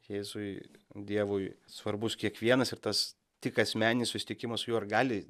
jėzui dievui svarbus kiekvienas ir tas tik asmeninis susitikimas su juo ir gali